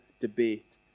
debate